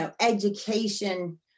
education